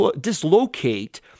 dislocate